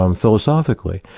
um philosophically,